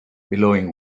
billowing